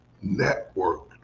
network